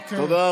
תודה.